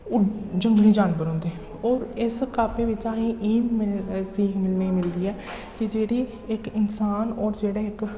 ओह् जंगली जानवर होंदे और इस कताबै बिच्च असें गी एह् सीख मिलने गी मिलदी ऐ कि जेह्ड़ी इक इंसान और जेह्ड़े इक